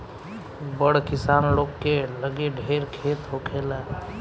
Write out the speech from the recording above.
बड़ किसान लोग के लगे ढेर खेत होखेला